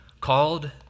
called